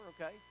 okay